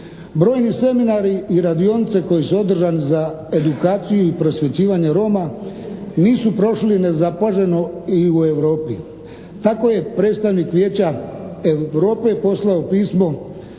Brojni seminari i radionice koji su održani za edukaciju i prosvjećivanje Roma nisu prošli nezapaženo i u Europi. Tako je predstavnik Vijeća Europe poslao pismo